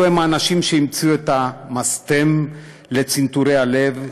הם אלו האנשים שהמציאו את המסתם לצנתורי הלב,